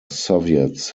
soviets